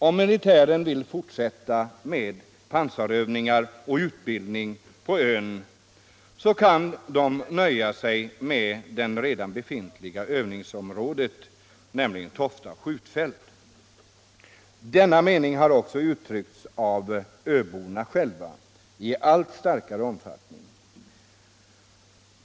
Om militären vill fortsätta med pansarövning och utbildning på ön kan man nöja sig med det redan befintliga övningsområdet, nämligen Tofta skjutfält. Denna mening uttrycks också av öborna själva i allt större utsträckning.